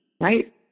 right